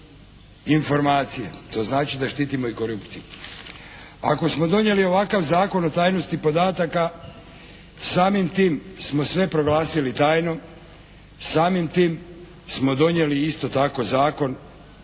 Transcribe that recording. informacije, to znači da štitimo i korupciju. Ako smo donijeli ovakav Zakon o tajnosti podataka samim tim smo sve proglasili tajnom, samim tim smo donijeli isto tako zakon